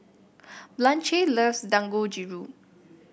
Blanche loves Dangojiru